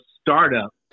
startup